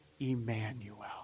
Emmanuel